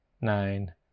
nine